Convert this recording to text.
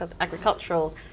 agricultural